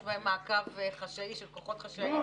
בהם מעקב חשאי של כוחות חשאיים --- לא,